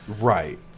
Right